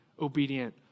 obedient